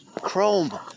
Chrome